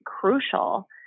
crucial